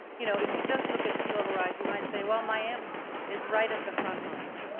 you know if you just look at sea level rise, you might say well, miami is right at the front lines.